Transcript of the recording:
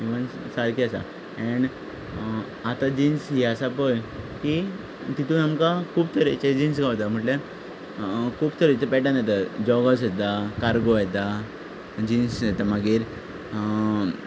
सारकी आसा ऍन्ड आतां जिन्स हीं आसा पळय तीं तितूंत आमकां खूब तरेचे जिन्स गावता म्हणल्यार खूब तरेचे पेटर्न येता जोगर्स येता कारगो येता जिन्स येता मागीर